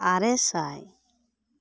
ᱟᱨᱮ ᱥᱟᱭ